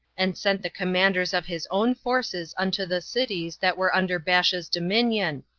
and sent the commanders of his own forces unto the cities that were under baasha's dominion,